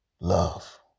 Love